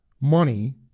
money